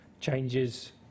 changes